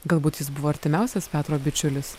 galbūt jis buvo artimiausias petro bičiulis